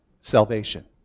salvation